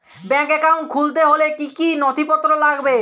Bank account খুলতে হলে কি কি নথিপত্র লাগবে?